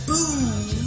Boom